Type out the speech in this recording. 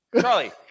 Charlie